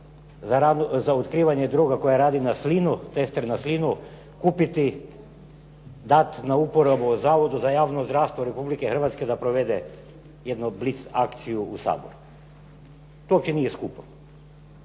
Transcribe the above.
za otkrivanje droga koja radi na slinu, tester na slinu, kupiti, dati na uporabu Zavodu za javno zdravstvo Republike Hrvatske da provede jednu blic akciju u Saboru.To uopće nije skupo.